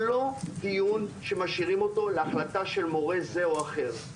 זה לא דיון שמשאירים אותו להחלטה של מורה זה או אחר.